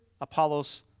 Apollos